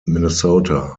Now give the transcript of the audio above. minnesota